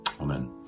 amen